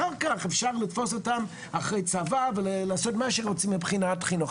אחר כך אפשר לתפוס אותם אחרי הצבא ולעשות מה שרוצים מבחינת חינוך,